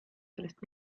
sellest